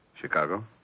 Chicago